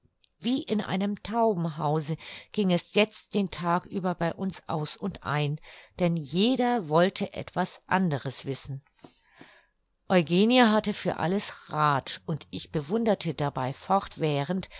wie in einem taubenhause ging es jetzt den tag über bei uns aus und ein denn jeder wollte etwas anderes wissen eugenie hatte für alles rath und ich bewunderte dabei fortwährend